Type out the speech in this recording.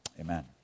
Amen